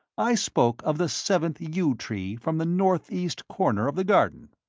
i spoke of the seventh yew tree from the northeast corner of the garden.